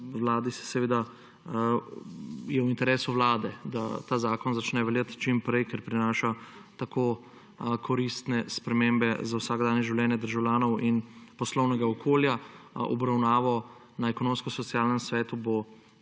svetom; v interesu vlade je, da ta zakon začne veljati čimprej, ker prinaša koristne spremembe za vsakdanje življenje državljanov in poslovnega okolja. Obravnavo na Ekonomsko-socialnem svetu bo